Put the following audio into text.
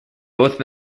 both